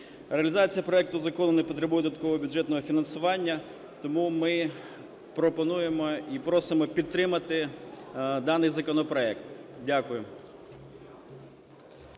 Реалізація проекту закону не потребує додаткового бюджетного фінансування. Тому ми пропонуємо і просимо підтримати даний законопроект. Дякую.